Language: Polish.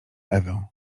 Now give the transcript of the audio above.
ewę